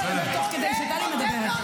אני לא יכולה לדבר תוך כדי שטלי מדברת.